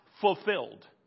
fulfilled